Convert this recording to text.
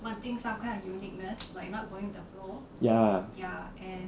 ya